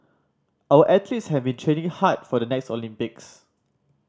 our athletes have been training hard for the next Olympics